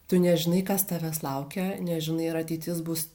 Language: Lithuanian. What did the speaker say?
tu nežinai kas tavęs laukia nežinai ar ateitis bus